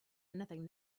anything